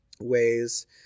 ways